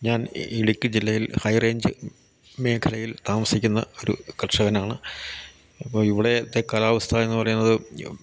ഞാൻ ഇടുക്കി ജില്ലയിൽ ഹൈറേഞ്ച് മേഖലയിൽ താമസിക്കുന്ന ഒരു കർഷകനാണ് അപ്പോൾ ഇവിടുത്തെ കാലാവസ്ഥ എന്നു പറയുന്നത്